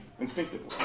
instinctively